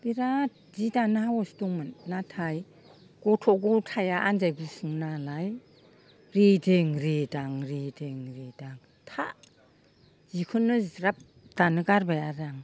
बिराद जि दानो साहस दंमोन नाथाय गथ' गथाया आनजायगुसुं नालाय रिदिं रेदां रिदिं रेदां था जिखोनो ज्राब गारनो गारबाय आरो आं